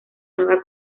nueva